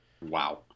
Wow